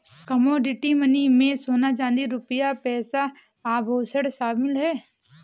commodity money में सोना चांदी रुपया पैसा आभुषण शामिल है